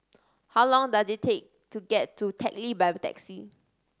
how long does it take to get to Teck Lee by taxi